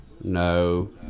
No